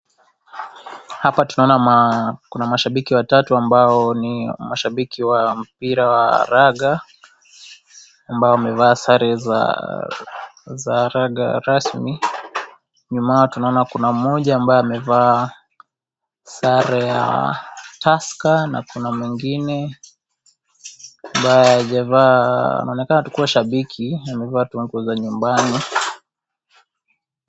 Hapa tunaona kuna mashabiki watatu ambao ni mashabiki wa mpira wa raga, ambao wamevaa sare za za raga rasmi. Nyuma yao tunaona kuna mmoja ambaye amevaa sare ya Tusker na kuna mwingine ambaye hajavaa, anaonekana tu kuwa shabiki amevaa nguo za nyumbani.